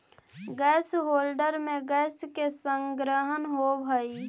gas holder में gas के संग्रहण होवऽ हई